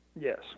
Yes